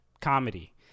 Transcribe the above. comedy